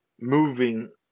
Moving